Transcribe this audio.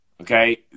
okay